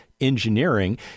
engineering